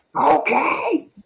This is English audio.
Okay